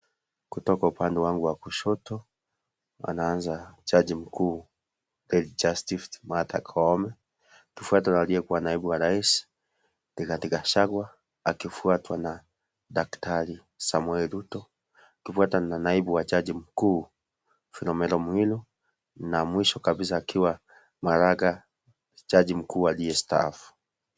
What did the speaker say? Kutoka upande wangu wa kushoto ananza chaji mkuu Chief Justice Martha Koome, kufuatwa na aliekuwa naibu wa Rais Rigathi Gachagua, akifuatwa na Daktari Samoe Ruto, kufuatwa na naibu wa Jaji Mkuu Filomena Mwilu na mwisho kabisa akiwa Maraga Jaji Mkuu aliyestaafu.